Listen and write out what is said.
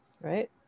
Right